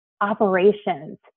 operations